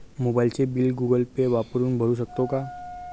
मोबाइलचे bill Google Pay वापरून भरू शकतो का?